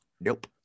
Nope